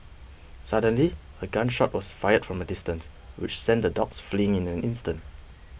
suddenly a gun shot was fired from a distance which sent the dogs fleeing in an instant